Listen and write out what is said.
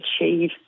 achieve